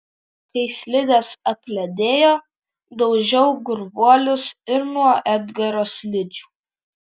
kai slidės apledėjo daužiau gurvuolius ir nuo edgaro slidžių